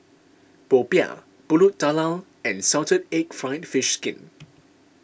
Popiah Pulut Tatal and Salted Egg Fried Fish Skin